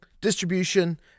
distribution